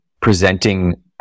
presenting